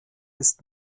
ist